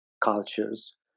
cultures